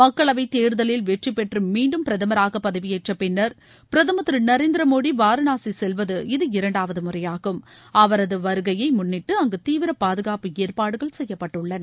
மக்களவைதேர்தலில் வெற்றிபெற்றுமீண்டும் பிரதமராகபதவியேற்றப்பின்னர் பிரதமர் திருநரேந்திரமோடிவாரணாசிசெல்வது இரண்டாவதுமுறையாகும் இத அவரதுவருகையைமுன்னிட்டுஅங்குதீவிரபாதுகாப்பு ஏற்பாடுகள் செய்யப்பட்டுள்ளன